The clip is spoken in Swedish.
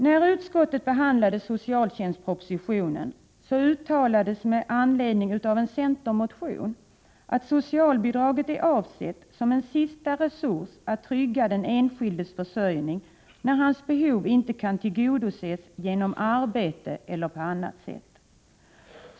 När utskottet behandlade socialtjänstpropositionen uttalade man med anledning av en centermotion att socialbidrag var avsett som en sista resurs att trygga den enskildes försörjning när hans behov inte kan tillgodoses genom arbete eller på annat sätt.